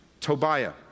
Tobiah